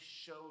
show